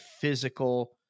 physical